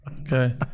okay